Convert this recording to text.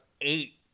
eight